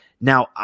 Now